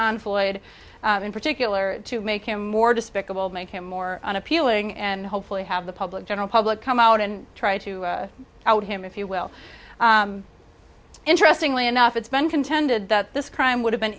on floyd in particular to make him more despicable make him more unappealing and hopefully have the public general public come out and try to out him if you will interestingly enough it's been contended that this crime would have been